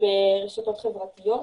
ברשתות חברתיות,